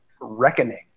reckoning